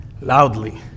loudly